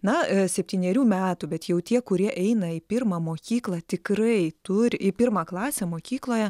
na septynerių metų bet jau tie kurie eina į pirmą mokyklą tikrai turi į pirmą klasę mokykloje